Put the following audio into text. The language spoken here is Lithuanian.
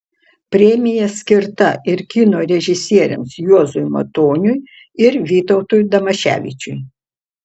premija skirta ir kino režisieriams juozui matoniui ir vytautui damaševičiui